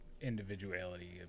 individuality